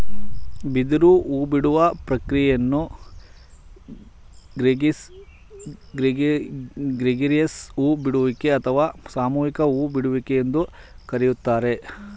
ಬಿದಿರು ಹೂಬಿಡುವ ಪ್ರಕ್ರಿಯೆಯನ್ನು ಗ್ರೆಗೇರಿಯಸ್ ಹೂ ಬಿಡುವಿಕೆ ಅಥವಾ ಸಾಮೂಹಿಕ ಹೂ ಬಿಡುವಿಕೆ ಎಂದು ಕರಿತಾರೆ